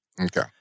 Okay